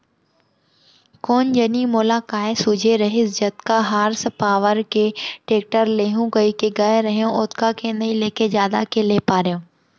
कोन जनी मोला काय सूझे रहिस जतका हार्स पॉवर के टेक्टर लेहूँ कइके गए रहेंव ओतका के नइ लेके जादा के ले पारेंव